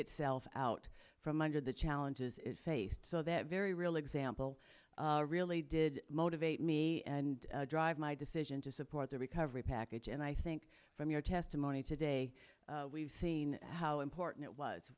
itself out from under the challenges it faced so that very real example really did motivate me and drive my decision to support the recovery package and i think from your testimony today we've seen how important it was